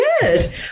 good